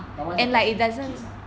but what's your passion kids ah